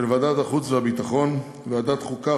של ועדת החוץ והביטחון וועדת החוקה,